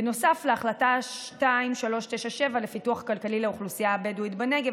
בנוסף להחלטה 2397 לפיתוח כלכלי לאוכלוסייה הבדואית בנגב,